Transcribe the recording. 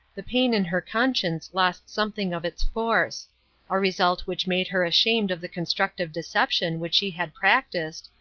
the pain in her conscience lost something of its force a result which made her ashamed of the constructive deception which she had practiced,